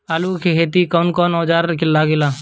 आलू के खेती ला कौन कौन औजार लागे ला?